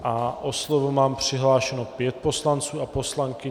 O slovo mám přihlášeno pět poslanců a poslankyň.